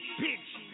bitch